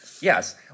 Yes